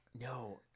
No